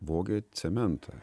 vogė cementą